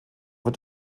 wird